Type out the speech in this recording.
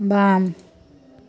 बाम